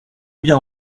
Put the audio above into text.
bien